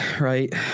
right